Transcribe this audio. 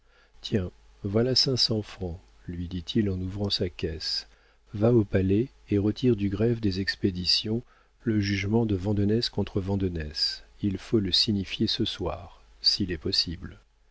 tiens voilà cinq cents francs lui dit-il en ouvrant sa caisse va au palais et retire du greffe des expéditions le jugement de vandenesse contre vandenesse il faut le signifier ce soir s'il est possible